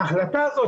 ההחלטה הזאת,